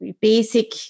basic